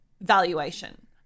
valuation